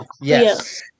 Yes